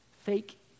Fake